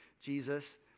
Jesus